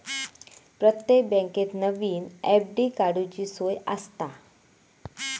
प्रत्येक बँकेत नवीन एफ.डी काडूची सोय आसता